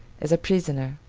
as a prisoner,